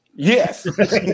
Yes